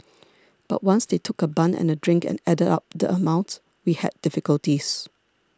but once they took a bun and a drink and added up the amount we had difficulties